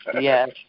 yes